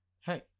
hey